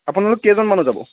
আপোনলোক কেইজন মানুহ যাব